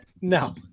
No